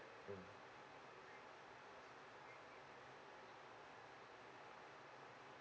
mm